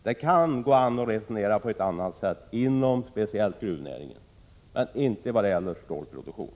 Det går att resonera på ett annat sätt speciellt i vad gäller gruvnäringen, men inte i vad gäller stålproduktion.